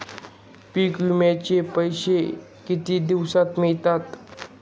पीक विम्याचे पैसे किती दिवसात मिळतात?